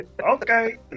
Okay